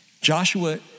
Joshua